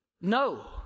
No